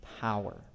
power